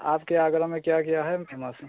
आपके आगरा में क्या क्या है फेमस